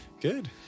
Good